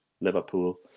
Liverpool